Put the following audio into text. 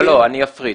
לא, לא, אני אפריד.